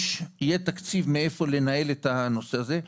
יהיה תקציב מאיפה לנהל את הנושא הזה.